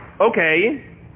okay